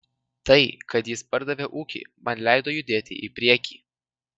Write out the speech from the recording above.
tai kad jis pardavė ūkį man leido judėti į priekį